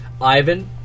Ivan